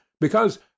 because